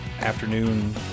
afternoon